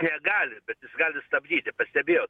negali bet jis gali stabdyti pastebėjot